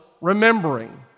remembering